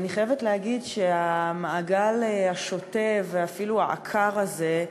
ואני חייבת להגיד שהמעגל השוטה, ואפילו העקר הזה,